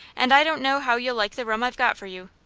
and i don't know how you'll like the room i've got for you.